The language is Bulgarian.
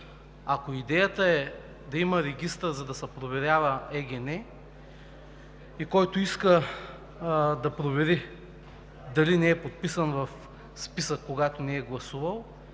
Ако идеята е да има Регистър, за да се проверява ЕГН, и който иска да провери дали не е подписан в списък, когато не е гласувал,